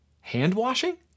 Hand-washing